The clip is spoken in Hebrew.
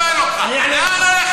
אני שואל אותך, אני אענה לך.